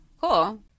cool